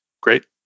Great